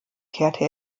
kehrte